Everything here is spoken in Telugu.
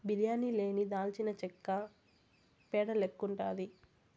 బిర్యానీ లేని దాల్చినచెక్క పేడ లెక్కుండాది